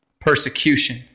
persecution